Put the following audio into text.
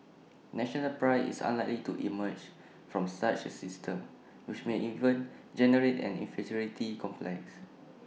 national Pride is unlikely to emerge from such A system which may even generate an inferiority complex